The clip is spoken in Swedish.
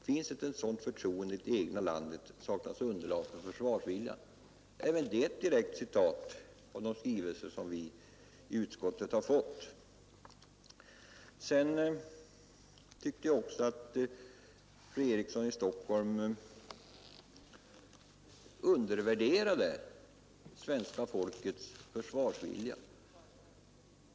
Finns inte ett sådant — Nr 92 förtroende i det egna landet, saknas underlag för försvarsviljan.” Måndagen den Sedan tyckte jag att fru Eriksson i Stockholm undervärderade svenska 29 maj 1972 folkets försvarsvilja.